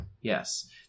Yes